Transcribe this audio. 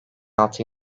altı